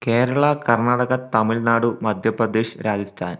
Kerala Karnataka Tamil Nadu Madhya Pradesh Rajasthan